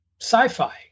sci-fi